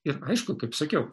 ir aišku kaip sakiau